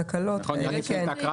תקלות וכדומה,